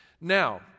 Now